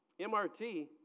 MRT